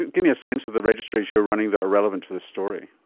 give me a sense of the registries you're running that are relevant to this story.